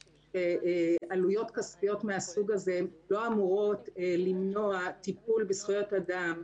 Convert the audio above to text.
שעלויות כספיות מהסוג הזה לא אמורות למנוע טיפול בזכויות אדם.